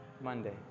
Monday